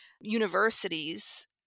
universities